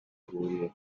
huye